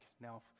Now